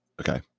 Okay